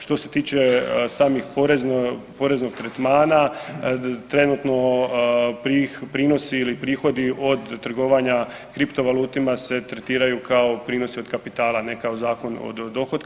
Što se tiče samih poreznih tretmana trenutno prinosi ili prihodi od trgovanja kriptovalutima se tretiraju kao prinosi od kapitala, a ne kao Zakon o dohotku.